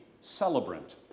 celebrant